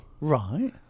Right